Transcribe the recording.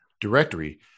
directory